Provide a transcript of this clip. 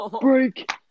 Break